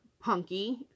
punky